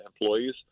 employees